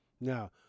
now